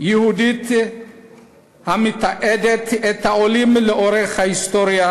ייעודית המתעדת את העולים לאורך ההיסטוריה,